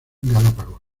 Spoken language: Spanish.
galápagos